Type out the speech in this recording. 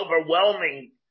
overwhelming